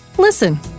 Listen